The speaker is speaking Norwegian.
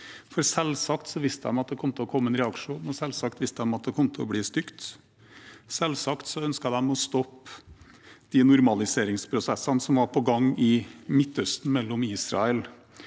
Selvsagt visste de at det ville komme en reaksjon, og selvsagt visste de at det kom til å bli stygt. Selvsagt ønsket de å stoppe de normaliseringsprosessene som var på gang i Midtøsten mellom Israel og de